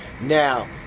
Now